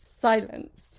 Silence